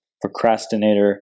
procrastinator